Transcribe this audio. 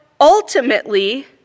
ultimately